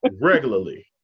Regularly